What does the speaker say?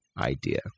idea